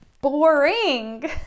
boring